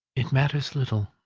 it matters little,